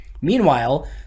Meanwhile